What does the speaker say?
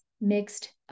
mixed